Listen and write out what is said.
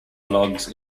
logs